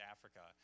Africa